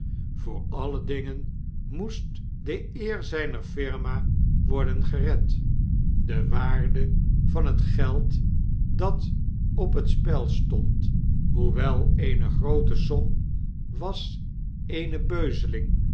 voor alle dingen moest de eer zijner firma worden gered de waardevan het geld dat op het spel stond hoewel eene groote som was eene beuzeling